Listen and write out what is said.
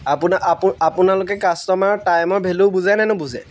আপোনা আপ আপোনালোকে কাষ্টমাৰৰ টাইমৰ ভেল্যু বুজেনে নুবুজে